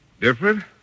Different